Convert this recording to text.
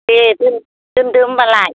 दे दोनदो होमब्लालाय